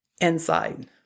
inside